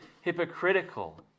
hypocritical